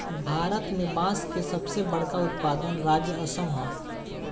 भारत में बांस के सबसे बड़का उत्पादक राज्य असम ह